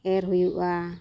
ᱮᱨᱻ ᱦᱩᱭᱩᱜᱼᱟ